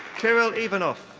kirill ivanov.